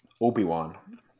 Obi-Wan